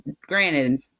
granted